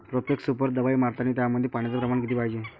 Profex super दवाई मारतानी त्यामंदी पान्याचं प्रमाण किती पायजे?